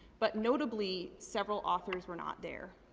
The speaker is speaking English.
but notably, several authors were not there.